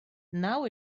now